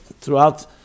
throughout